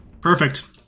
Perfect